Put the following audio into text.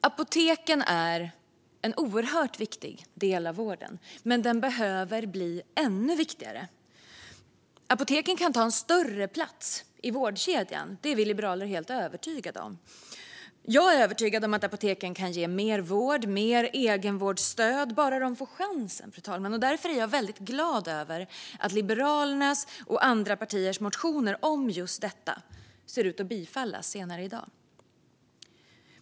Apoteken är en oerhört viktig del av vården, men de behöver bli ännu viktigare. Apoteken kan ta större plats i vårdkedjan; det är vi liberaler helt övertygade om. Jag är övertygad om att apoteken kan ge mer vård och mer egenvårdsstöd bara de får chansen, fru talman, och därför är jag väldigt glad över att Liberalernas och andra partiers motioner om just detta ser ut att bifallas senare i dag.